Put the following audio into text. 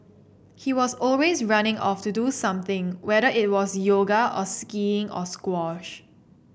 he was always running off to do something whether it was yoga or skiing or squash